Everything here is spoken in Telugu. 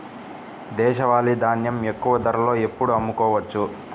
దేశవాలి ధాన్యం ఎక్కువ ధరలో ఎప్పుడు అమ్ముకోవచ్చు?